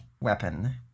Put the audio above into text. weapon